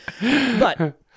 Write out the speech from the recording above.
But-